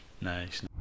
Nice